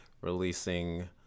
releasing